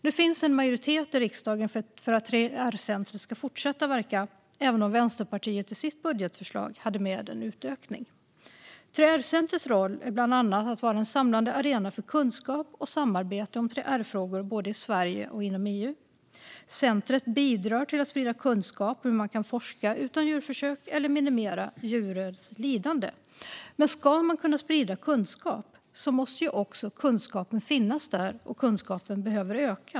Nu finns det en majoritet i riksdagen för att 3R-centret ska fortsätta verka; Vänsterpartiet hade dock i sitt budgetförslag med en utökning. 3R-centrets roll är bland annat att vara en samlande arena för kunskap och samarbete om 3R-frågor både i Sverige och inom EU. Centret bidrar till att sprida kunskap om hur man kan forska utan djurförsök eller minimera djurens lidande. Men ska man kunna sprida kunskap måste ju kunskapen finnas där, och den behöver öka.